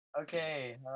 Okay